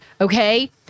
okay